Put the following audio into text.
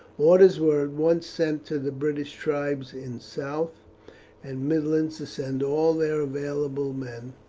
orders were at once sent to the british tribes in south and midlands to send all their available men,